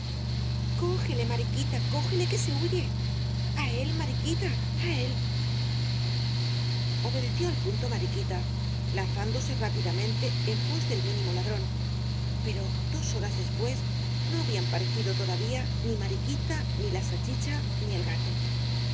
cógele mariquita cógele que se huye a él mariquita á él obedeció al punto mariquita lanzándose rápidamente en pos del mínimo ladrón pero dos horas después no habían parecido todavía ni mariquita ni la salchicha ni el gato